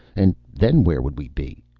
and then where would we be?